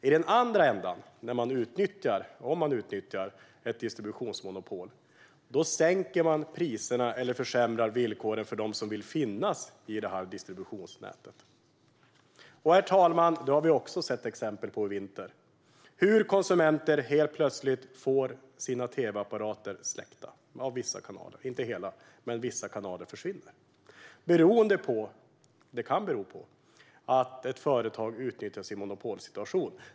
I den andra ändan kan man, om man utnyttjar ett distributionsmonopol, sänka priserna eller försämra villkoren för dem som vill finnas i detta distributionsnät. Och, herr talman, vi har också i vinter sett exempel på hur konsumenter helt plötsligt får sina tv-apparater släckta - inte helt, men vissa kanaler försvinner. Detta kan bero på att ett företag utnyttjar sin monopolställning.